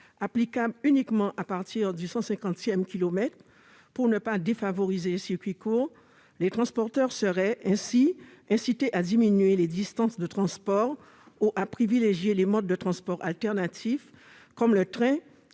s'appliquerait qu'à partir du 150 kilomètre, pour ne pas défavoriser les circuits courts. Les transporteurs seraient ainsi incités à diminuer les distances de transport ou à privilégier des modes de transports alternatifs, ferroviaires